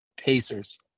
Pacers